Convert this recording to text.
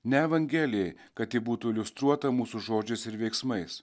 ne evangelijai kad ji būtų iliustruota mūsų žodžiais ir veiksmais